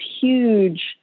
huge